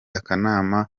akanama